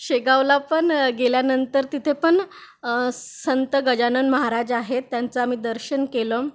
शेगावला पण गेल्यानंतर तिथे पण संत गजानन महाराज आहेत त्यांचं आम्ही दर्शन केलं